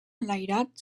enlairat